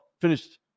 Finished